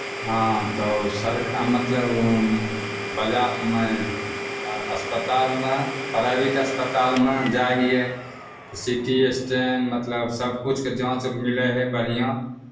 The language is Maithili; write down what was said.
हँ तऽ सरका मतलब बाजारमे अ अस्पतालमे प्राइभेट अस्पतालमे जाइ हियै तऽ सी टी स्टैन मतलब सभकिछुके जाँच मिलै हइ बढ़िआँ